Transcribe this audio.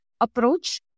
approach